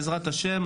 בעזרת השם,